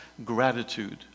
Gratitude